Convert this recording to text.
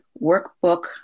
workbook